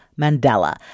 Mandela